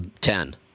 Ten